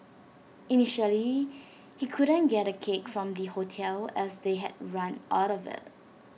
initially he couldn't get A cake from the hotel as they had run out of IT